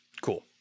cool